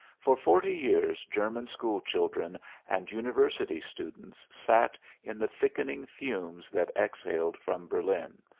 for forty years german school children and university students sat in the thickening fumes that exhaled from berlin,